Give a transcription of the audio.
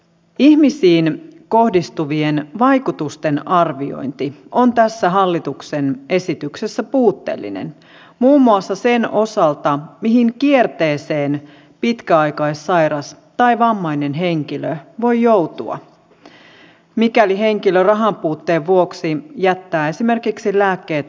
ihmisiin kohdistuvien vaikutusten arviointi on tässä hallituksen esityksessä puutteellinen muun muassa sen osalta mihin kierteeseen pitkäaikaissairas tai vammainen henkilö voi joutua mikäli henkilö rahan puutteen vuoksi jättää esimerkiksi lääkkeet ostamatta